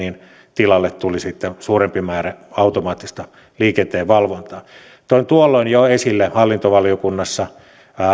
tilalle tuli sitten suurempi määrä automaattista liikenteenvalvontaa toin jo tuolloin esille hallintovaliokunnassa